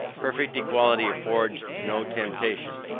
perfect equality affords no temptation.